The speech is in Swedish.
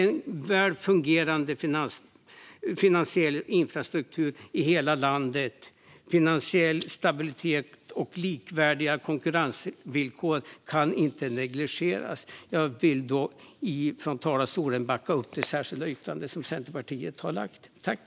En väl fungerande finansiell infrastruktur i hela landet, finansiell stabilitet och likvärdiga konkurrensvillkor kan inte negligeras. Jag vill här från talarstolen backa upp det särskilda yttrande som Centerpartiet har lagt fram.